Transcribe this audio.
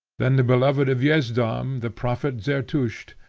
then the beloved of yezdam, the prophet zertusht,